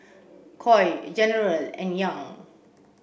Coy General and Young